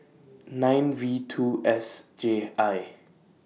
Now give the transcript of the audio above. nine V two S J I